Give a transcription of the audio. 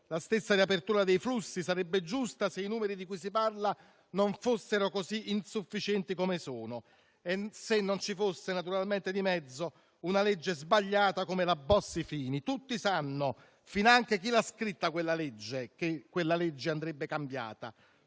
La stessa riapertura dei flussi sarebbe giusta se i numeri di cui si parla non fossero così insufficienti come sono e se non ci fosse naturalmente di mezzo una legge sbagliata come la Bossi-Fini. Tutti sanno, finanche chi l'ha scritta, che quella legge andrebbe cambiata.